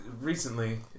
recently